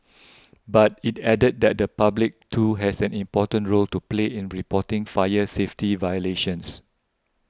but it added that the public too has an important role to play in reporting fire safety violations